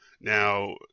Now